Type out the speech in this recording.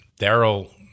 daryl